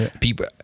people